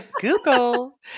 Google